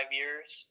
years